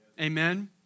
Amen